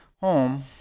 home